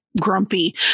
grumpy